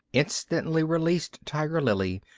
instantly released tiger lily,